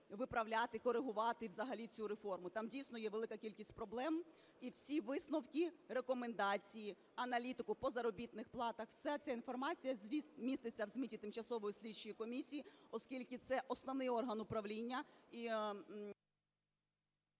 виправляти, коригувати взагалі цю реформу, там дійсно є велика кількість проблем. І всі висновки, рекомендації, аналітика по заробітних платах, вся ця інформація міститься в звіті тимчасової слідчої комісії, оскільки це основний орган управління…